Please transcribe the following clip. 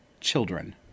children